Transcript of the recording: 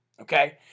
Okay